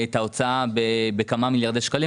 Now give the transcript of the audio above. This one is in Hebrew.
את ההוצאה בכמה מיליארדי שקלים.